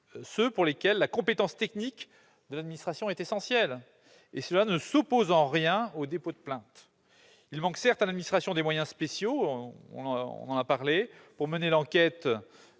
ceux pour lesquels la compétence technique de l'administration est essentielle. Cela ne s'oppose en rien au dépôt de plainte. Certes, il manque à l'administration des moyens spéciaux pour mener l'enquête,